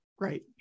Right